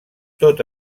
tot